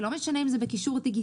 זה לא משנה אם זה בקישור דיגיטלי.